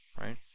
Right